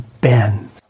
Ben